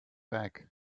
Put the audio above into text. back